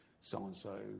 so-and-so